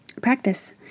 practice